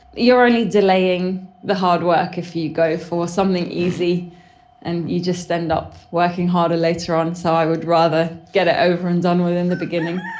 you are only delaying the hard work if you go for something easy and you just end up working harder later on, so i would rather get it over and done with in the beginning.